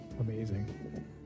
amazing